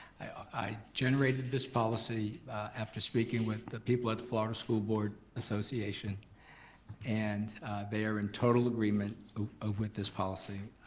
i generated this policy after speaking with the people at the florida school board association and they are in total agreement ah ah with this policy.